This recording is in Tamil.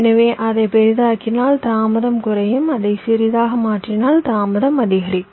எனவே அதை பெரிதாக்கினால் தாமதம் குறையும் அதை சிறியதாக மாற்றினால் தாமதம் அதிகரிக்கும்